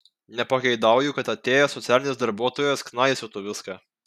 nepageidauju kad atėjęs socialinis darbuotojas knaisiotų viską